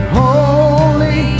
holy